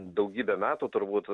daugybę metų turbūt